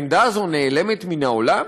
העמדה הזאת נעלמת מן העולם?